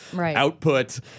output